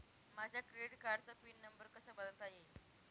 माझ्या क्रेडिट कार्डचा pin number कसा बदलता येईल?